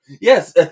Yes